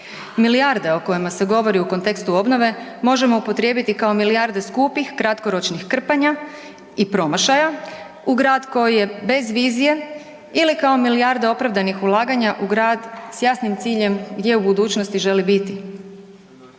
Milijarde o kojima se govori u kontekstu obnove možemo upotrijebiti kao milijarde skupih kratkoročnih krpanja i promašaja u grad koji je bez vizije ili kao milijarda opravdanih ulaganja u grad s jasnim ciljem gdje u budućnosti želi biti.